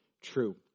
true